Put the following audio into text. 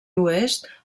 oest